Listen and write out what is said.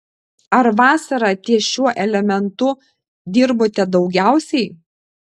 ar vasarą ties šiuo elementu dirbote daugiausiai